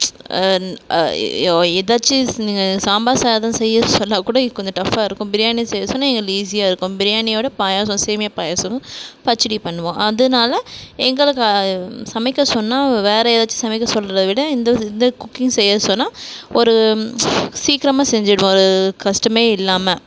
ஏதாச்சு நீங்கள் சாம்பார் சாதம் செய்ய சொன்னால் கூட கொஞ்சம் டஃபாக இருக்கும் பிரியாணி செய்ய சொன்னால் எங்களுக்கு ஈஸியாக இருக்கும் பிரியாணியோடு பாயாசம் சேமியா பாயாசமும் பச்சடி பண்ணுவோம் அதனால எங்களுக்கு சமைக்க சொன்னால் வேறு ஏதாச்சும் சமைக்க சொல்கிறத விட இந்த இந்த குக்கிங் செய்ய சொன்னால் ஒரு சீக்கிரமாக செஞ்சுடுவோம் ஒரு கஷ்டமே இல்லாமல்